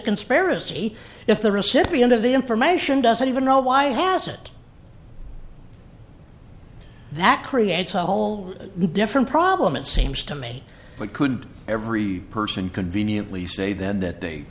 conspiracy if the recipient of the information doesn't even know why has it that creates a whole different problem it seems to me but could every person conveniently say then that they